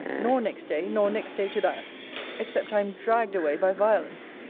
nor next day, nor next day to that except i am dragged away by violence.